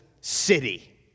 city